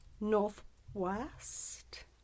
northwest